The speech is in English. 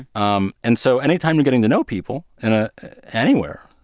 um and so anytime you're getting to know people and ah anywhere,